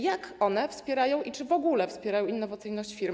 Jak one wspierają i czy w ogóle wspierają innowacyjność firm?